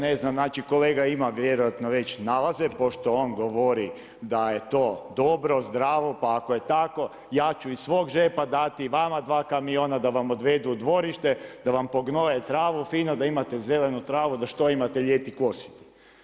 Ne znam, znači kolega ima vjerojatno već nalaze pošto on govori da je to dobro, zdravo, pa ako je tako ja ću iz svog džepa dati vama dva kamiona da vam odvedu u dvorište, da vam pognoje travu fino, da imate zelenu travu da što imate ljeti kositi.